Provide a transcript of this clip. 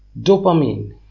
dopamine